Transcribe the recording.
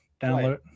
download